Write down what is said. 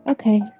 Okay